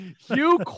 Hugh